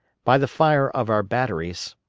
by the fire of our batteries,